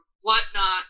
whatnot